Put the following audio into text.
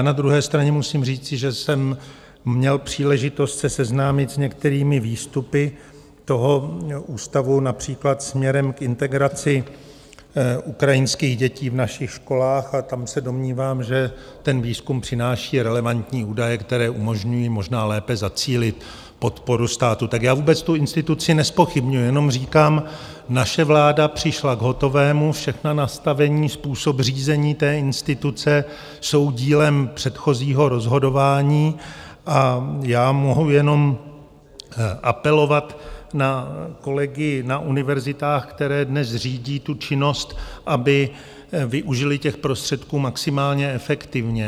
Na druhé straně musím říci, že jsem měl příležitost se seznámit s některými výstupy toho ústavu, například směrem k integraci ukrajinských dětí v našich školách, a tam se domnívám, že ten výzkum přináší relevantní údaje, které umožňují možná lépe zacílit podporu státu, tak já vůbec tu instituci nezpochybňuji, jenom říkám: naše vláda přišla k hotovému, všechna nastavení, způsob řízení té instituce jsou dílem předchozího rozhodování a já mohu jenom apelovat na kolegy na univerzitách, které dnes řídí tu činnost, aby využili těch prostředků maximálně efektivně.